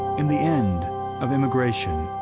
in the end of immigration,